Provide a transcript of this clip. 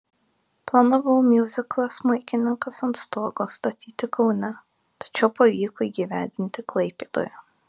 planavau miuziklą smuikininkas ant stogo statyti kaune tačiau pavyko įgyvendinti klaipėdoje